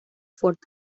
fort